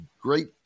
great –